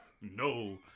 no